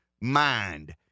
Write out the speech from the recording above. mind